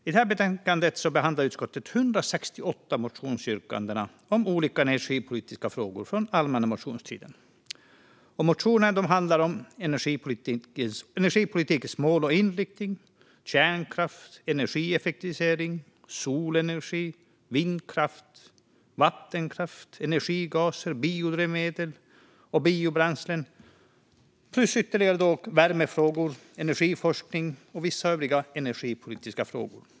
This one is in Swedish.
I detta betänkande behandlar utskottet 168 motionsyrkanden om olika energipolitiska frågor från allmänna motionstiden. Motionerna handlar om energipolitikens mål och inriktning, kärnkraft, energieffektivisering, solenergi, vindkraft, vattenkraft, energigaser, biodrivmedel och biobränslen plus värmefrågor, energiforskning och vissa övriga energipolitiska frågor.